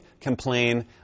complain